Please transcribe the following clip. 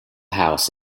house